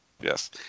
yes